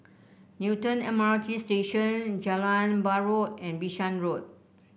Newton M R T Station Jalan Buroh and Bishan Road